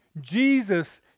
Jesus